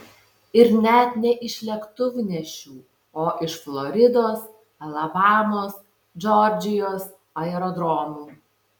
ir net ne iš lėktuvnešių o iš floridos alabamos džordžijos aerodromų